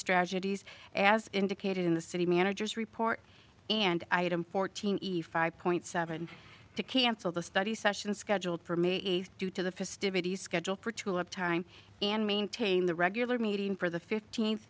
strategies as indicated in the city managers report and item fourteen eve five point seven to cancel the study session scheduled for may eighth due to the festivities scheduled for tulip time and maintain the regular meeting for the fifteenth